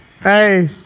Hey